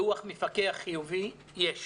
דוח מפקח חיובי יש.